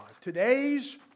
Today's